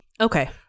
Okay